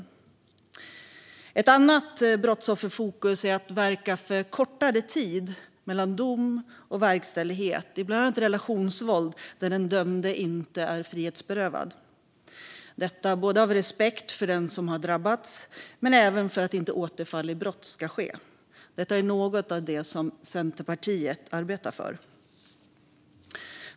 Ett annat brottsofferfokus är att verka för kortare tid mellan dom och verkställighet i bland annat relationsvåld när den dömde inte är frihetsberövad, detta både av respekt för den som drabbats och för att inte återfall i brott ska ske. Detta är något av det som Centerpartiet arbetar för.